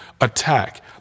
attack